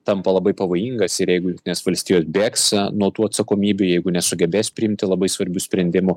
tampa labai pavojingas ir jeigu jungtinės valstijos bėgs nuo tų atsakomybių jeigu nesugebės priimti labai svarbių sprendimų